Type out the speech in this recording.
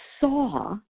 saw